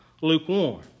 lukewarm